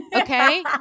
okay